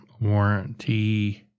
warranty